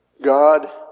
God